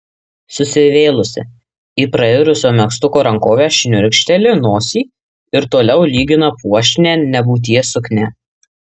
susivėlusi į prairusio megztuko rankovę šniurkšteli nosį ir toliau lygina puošnią nebūties suknią